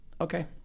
Okay